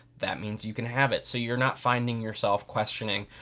that means you can have it. so you're not finding yourself questioning,